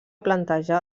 plantejar